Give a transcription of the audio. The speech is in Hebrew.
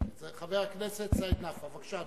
חבר הכנסת סעיד נפאע - בבקשה,